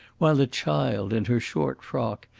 while the child, in her short frock,